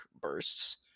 bursts